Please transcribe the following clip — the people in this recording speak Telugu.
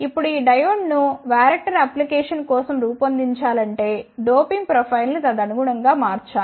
ఇప్పుడు ఈ డయోడ్ను వరాక్టర్ అప్లికేషన్స్ కోసం రూపొందించాలంటే డోపింగ్ ప్రొఫైల్ను తదనుగుణం గా మార్చాలి